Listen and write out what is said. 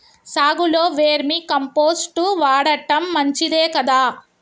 సాగులో vermicompost వాడటం మంచిదే కదా?